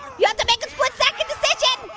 you have to make a split second decision.